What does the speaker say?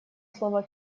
слово